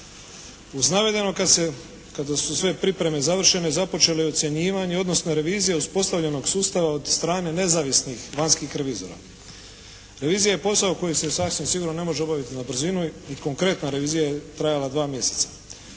Uz navedeno kad se, kada su sve pripreme završene započele ocjenjivanje, odnosno revizija uspostavljenog sustava od strane nezavisnih vanjskih revizora. Revizija je posao koji se sasvim sigurno ne može obaviti na brzinu i konkretna revizija je trajala 2 mjeseca.